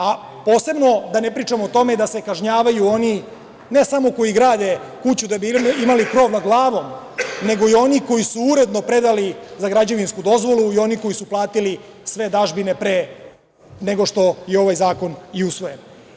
A posebno, da ne pričam o tome da se kažnjavaju oni ne samo koji grade kuću da bi imali krov nad glavom, nego i oni koji su uredno predali za građevinsku dozvolu i oni koji su platili sve dažbine pre nego što je ovaj zakon i usvojen.